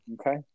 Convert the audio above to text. Okay